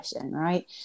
right